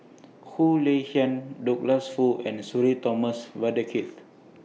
Khoo Lay Hian Douglas Foo and Sudhir Thomas Vadaketh